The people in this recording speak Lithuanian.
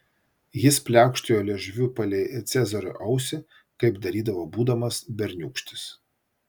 jis pliaukštelėjo liežuviu palei cezario ausį kaip darydavo būdamas berniūkštis